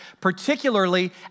particularly